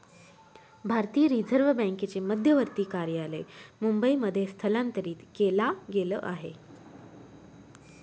भारतीय रिझर्व बँकेचे मध्यवर्ती कार्यालय मुंबई मध्ये स्थलांतरित केला गेल आहे